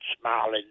smiling